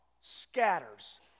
scatters